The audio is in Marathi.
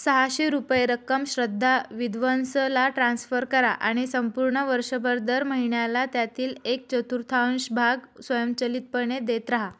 सहाशे रुपये रक्कम श्रद्धा विद्वंसला ट्रान्स्फर करा आणि संपूर्ण वर्षभर दर महिन्याला त्यातील एक चतुर्थांश भाग स्वयंचलितपणे देत रहा